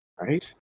right